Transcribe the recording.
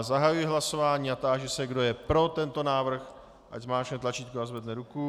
Zahajuji hlasování a táži se, kdo je pro tento návrh, ať zmáčkne tlačítko a zvedne ruku.